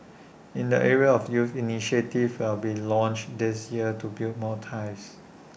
in the area of youth initiatives will be launched this year to build more ties